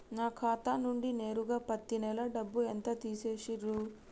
నా ఖాతా నుండి నేరుగా పత్తి నెల డబ్బు ఎంత తీసేశిర్రు?